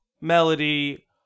melody